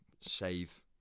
save